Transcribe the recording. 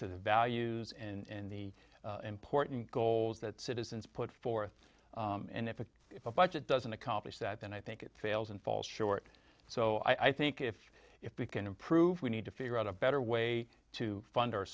to the values and the important goals that citizens put forth and if it if a budget doesn't accomplish that then i think it fails and falls short so i think if if we can improve we need to figure out a better way to fund our